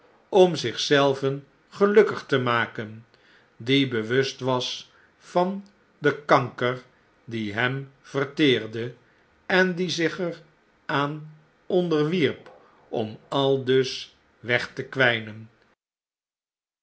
om zich zelven gelukkig te maken die bewust was van den kanker die hem verteerde en die zich er aan onderwierp om aldus weg te kwjjnen